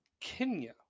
Kenya